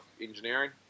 engineering